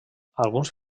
alguns